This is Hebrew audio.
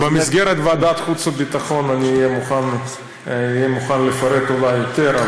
במסגרת ועדת חוץ וביטחון אני אהיה מוכן לפרט אולי יותר,